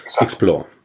explore